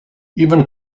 even